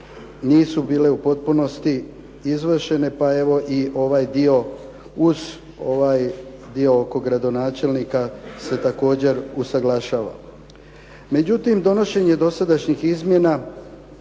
nisu bile u potpunosti izvršene pa i evo ovaj dio uz ovaj dio oko gradonačelnika se također usaglašava. Međutim, donošenje dosadašnjih izmjena,